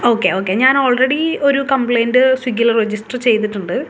okay okay ഞാൻ already ഒരു complaint സ്വിഗ്ഗിയിൽ രജിസ്റ്റർ ചെയ്തിട്ടുണ്ട്